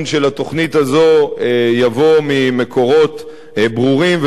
של התוכנית הזו יבוא ממקורות ברורים,